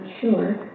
sure